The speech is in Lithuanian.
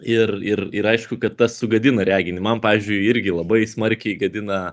ir ir ir aišku kad tas sugadino reginį man pavyzdžiui irgi labai smarkiai gadina